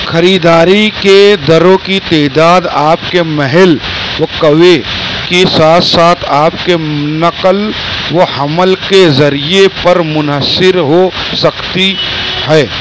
خریداری کے درو کی تعداد آپ کے محل وقوع کے ساتھ ساتھ آپ کے نقل و حمل کے ذریعے پر منحصر ہو سکتی ہے